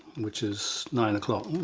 which is nine